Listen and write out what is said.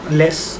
less